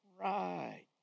Right